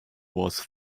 was